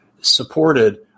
supported